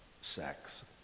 sex